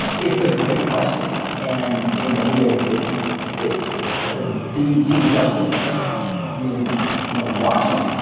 it's a great question and in many ways it's it's the key question that we'll be you know watching